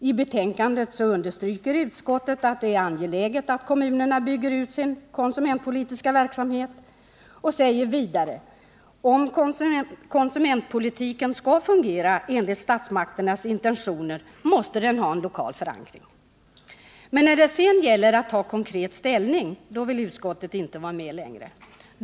I betänkandet understryker utskottet att det är angeläget att kommunerna bygger ut sin konsumentpolitiska verksamhet och säger vidare att konsumentpolitiken, om den skall fungera enligt statsmakternas intentioner, måste ha en lokal förankring. Men när det sedan gäller att konkret ta ställning vill utskottet inte vara med längre.